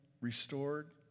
restored